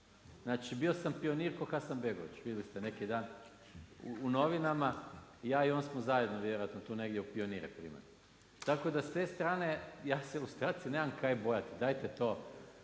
znači bio sam pionir ko Hasanbegović vidjeli ste neki dan u novinama, ja i on smo zajedno vjerojatno tu negdje u pionire primani. Tako da s te strane ja se ilustracije nemam kaj bojati, dajte to